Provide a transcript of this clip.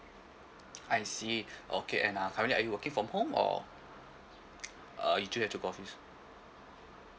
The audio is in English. I see okay and uh currently are you working from home or uh you still have to go office